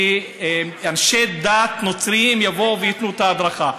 אנשי דת נוצרים יבואו וייתנו את ההדרכה.